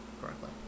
correctly